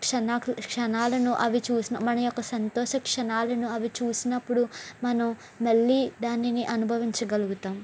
క్షణ క్షణాలను అవి చూసిన మన యొక్క సంతోష క్షణాలను అవి చూసినప్పుడు మనం మళ్ళీ దానిని అనుభవించగలుగుతాము